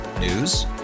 News